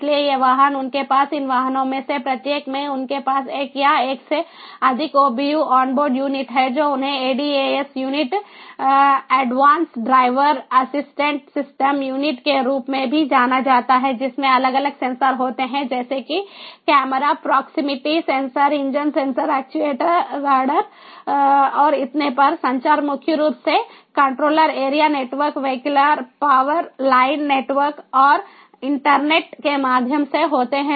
इसलिए ये वाहन उनके पास इन वाहनों में से प्रत्येक में उनके पास एक या एक से अधिक OBU ऑन बोर्ड यूनिट हैं जो उन्हें ADAS unit advance driver assistant system unit के रूप में भी जाना जाता है जिसमें अलग अलग सेंसर होते हैं जैसे कि camera proximity sensor engine sensor actuator radar और इतने पर संचार मुख्य रूप से controller area network vehicular power line network और ईथरनेट के माध्यम से होता है